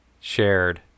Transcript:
shared